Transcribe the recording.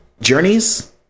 Journey's